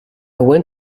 went